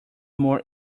more